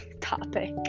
topic